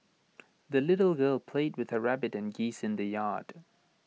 the little girl played with her rabbit and geese in the yard